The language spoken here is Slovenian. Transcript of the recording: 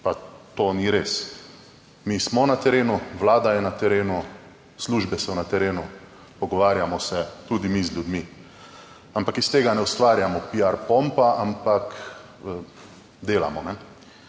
pa to ni res. Mi smo na terenu, Vlada je na terenu, službe so na terenu, pogovarjamo se tudi mi z ljudmi, ampak iz tega ne ustvarjamo piar pompa, ampak delamo,